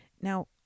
Now